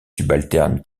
subalterne